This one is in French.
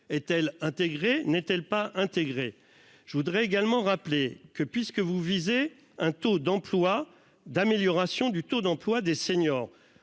est-elle intégré n'est-elle pas intégré. Je voudrais également rappeler que puisque vous visez un taux d'emploi d'amélioration du taux d'emploi des seniors